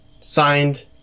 Signed